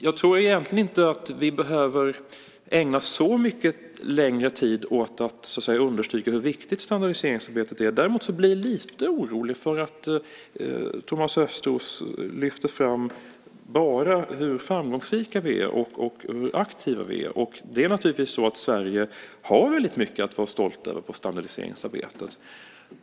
Jag tror egentligen inte att vi behöver ägna så mycket längre tid åt att understryka hur viktigt standardiseringsarbetet är. Däremot blir jag lite orolig över att Thomas Östros lyfter fram bara hur framgångsrika vi är och hur aktiva vi är. Sverige har naturligtvis väldigt mycket att vara stolt över i fråga om standardiseringsarbetet.